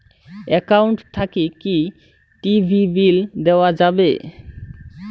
Account থাকি কি TV bill দেওয়া যাবে?